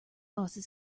losses